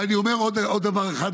ואני אומר עוד דבר אחד,